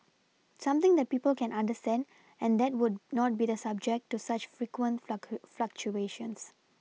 something that people can understand and that would not be the subject to such frequent fluctuations